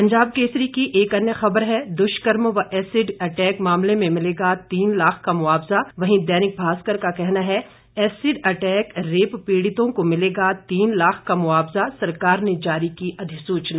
पंजाब केसरी की एक अन्य ख़बर है दृष्कर्म व एसिड अटैक मामले में मिलेगा तीन लाख का मुआवज़ा वहीं दैनिक भास्कर का कहना है एसिड अटैक रेप पीड़ितों को मिलेगा तीन लाख का मुआवजा सरकार ने जारी की अधिसूचना